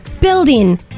Building